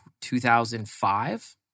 2005